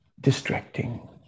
distracting